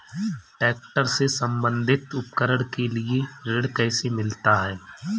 Tractor से संबंधित उपकरण के लिए ऋण कैसे मिलता है?